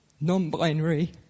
non-binary